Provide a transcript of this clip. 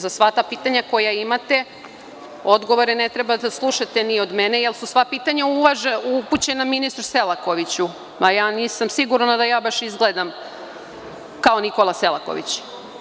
Za sva ta pitanja koja imate, odgovore ne treba da slušate ni od mene, jer su sva pitanja upućena ministru Selakoviću, a ja nisam sigurna da ja baš izgledam kao Nikola Selaković.